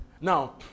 Now